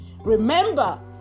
Remember